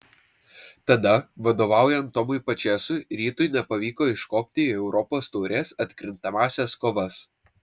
tada vadovaujant tomui pačėsui rytui nepavyko iškopti į europos taurės atkrintamąsias kovas